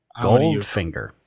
Goldfinger